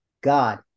God